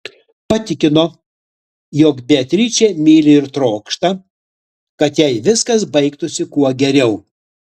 patikino jog beatričę myli ir trokšta kad jai viskas baigtųsi kuo geriau